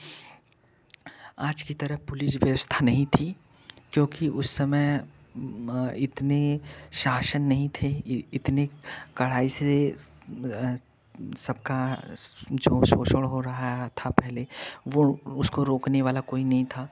आज की तरह पुलिस व्यवस्था नहीं थी क्योंकि उस समय इतने शासन नहीं थे इतने कड़ाई से सब का जो शोषण हो रहा है था पहले वह उसको रोकने वाला कोई नहीं था